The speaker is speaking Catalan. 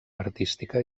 artística